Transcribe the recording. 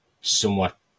somewhat